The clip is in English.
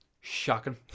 Shocking